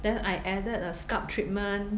then I added a scalp treatment